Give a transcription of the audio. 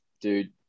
dude